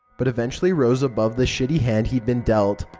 but eventually rose above the shitty hand he'd been dealt.